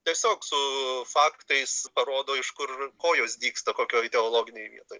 tiesiog su faktais parodo iš kur kojos dygsta kokioj ideologinėj vietoj